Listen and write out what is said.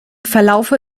verlaufe